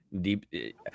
Deep